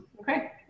Okay